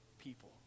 people